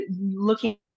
looking